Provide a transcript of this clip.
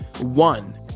one